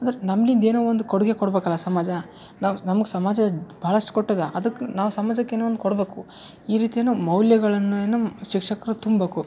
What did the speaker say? ಅಂದ್ರೆ ನಮ್ಲಿಂದ ಏನೋ ಒಂದು ಕೊಡುಗೆ ಕೊಡ್ಬೇಕಲ್ಲಾ ಸಮಾಜ ನಾವು ನಮ್ಗೆ ಸಮಾಜ ಭಾಳಷ್ಟು ಕೊಟ್ಟದ ಅದಕ್ಕೆ ನಾವು ಸಮಾಜಕ್ಕೆ ಏನೋ ಒಂದು ಕೊಡಬೇಕು ಈ ರೀತಿ ನಾವು ಮೌಲ್ಯಗಳನ್ನ ಏನು ಶಿಕ್ಷಕ್ರು ತುಂಬೇಕು